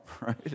right